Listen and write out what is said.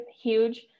huge